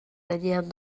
gainean